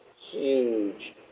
huge